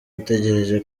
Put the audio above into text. utegereje